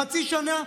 חצי שנה.